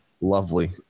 Lovely